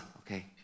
okay